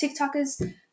TikTokers